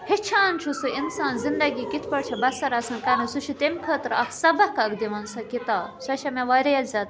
ہیٚچھان چھُ سُہ اِنسان زِندگی کِتھ پٲٹھۍ چھُ بَسَر آسان کَرٕنۍ سُہ چھُ تمہِ خٲطرٕ اکھ سبق اَکھ دِوان سۄ کِتاب سۄ چھے مےٚ واریاہ زیادٕ